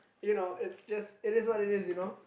you know it is what is you know